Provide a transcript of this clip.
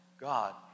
God